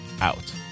out